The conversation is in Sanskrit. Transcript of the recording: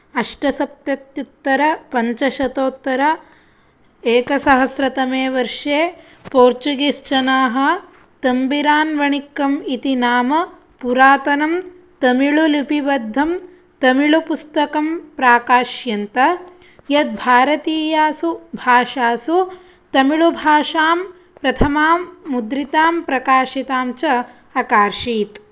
अष्टसप्तत्युत्तरपञ्चशतोत्तर एकसहस्रतमे वर्षे पोर्चुगीस् जनाः तम्बिरान् वणिक्कम् इति नाम पुरातनं तमिल्लिपिबद्धं तमिल्पुस्तकम् प्राकाश्यन्त यद्भारतीयासु भाषासु तमिल्भाषां प्रथमां मुद्रितां प्रकाशितां च अकार्षीत्